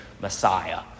Messiah